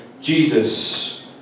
Jesus